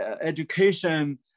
education